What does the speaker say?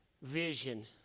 Vision